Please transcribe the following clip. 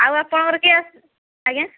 ଆଉ ଆପଣଙ୍କର କିଏ ଆଜ୍ଞା